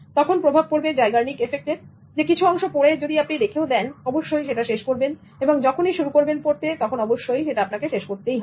এবং তখন প্রভাব পড়বে জাইগারনিক এফেক্টের কিছু অংশ পড়ে রেখে দিলে আপনি অবশ্যই সেটা শেষ করবেন এবং যখনই শুরু করবেন পড়তে তখন অবশ্যই সেটা শেষ করবেন